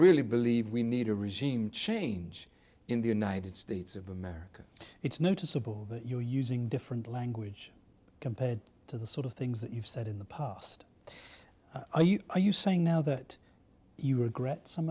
really believe we need a regime change in the united states of america it's noticeable that you are using different language compared to the sort of things that you've said in the past are you saying now that you regret some